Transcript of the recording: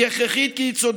היא הכרחית כי היא צודקת,